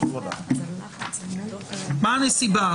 מה הנסיבה?